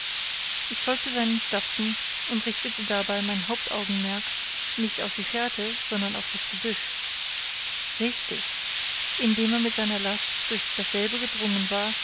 ich folgte seinen stapfen und richtete dabei mein hauptaugenmerk nicht auf die fährte sondern auf das gebüsch richtig indem er mit seiner last durch dasselbe gedrungen war